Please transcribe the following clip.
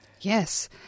Yes